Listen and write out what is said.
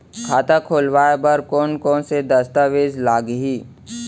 खाता खोलवाय बर कोन कोन से दस्तावेज लागही?